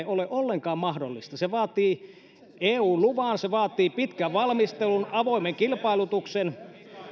ole ollenkaan mahdollista että on tämmöinen piikki auki ostoliikenteelle se vaatii eun luvan se vaatii pitkän valmistelun avoimen kilpailutuksen